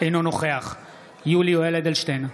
אינו נוכח יולי יואל אדלשטיין,